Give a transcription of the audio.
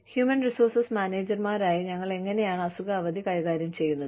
human resource മാനേജർമാരായി ഞങ്ങൾ എങ്ങനെയാണ് അസുഖ അവധി കൈകാര്യം ചെയ്യുന്നത്